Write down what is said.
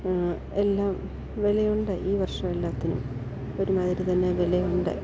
എല്ലാം വിലയുണ്ട് ഈ വർഷം എല്ലാറ്റിനും ഒരുമാതിരി തന്നെ വിലയുണ്ട്